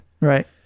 right